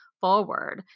forward